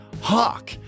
Hawk